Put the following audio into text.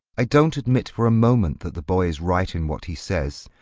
i don't admit for a moment that the boy is right in what he says.